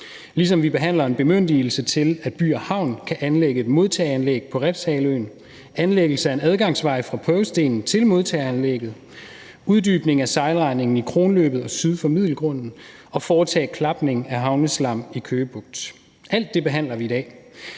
ligesom vi behandler en bemyndigelse til, at By & Havn kan anlægge et modtageanlæg på Refshaleøen, anlæggelse af en adgangsvej fra Prøvestenen til modtageanlægget, uddybning af sejlrenden i Kronløbet syd for Middelgrunden og til at foretage klapning af havneslam i Køge Bugt. Alt det behandler vi i dag.